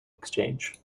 exchange